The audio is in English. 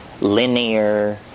linear